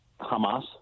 Hamas